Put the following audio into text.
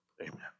Amen